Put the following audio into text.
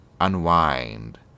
unwind